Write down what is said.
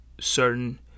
certain